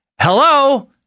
Hello